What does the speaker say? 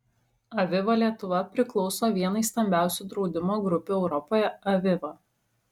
aviva lietuva priklauso vienai stambiausių draudimo grupių europoje aviva